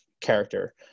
character